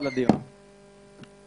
שלום לכולם.